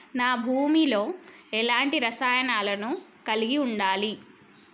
నా భూమి లో ఎలాంటి రసాయనాలను కలిగి ఉండాలి?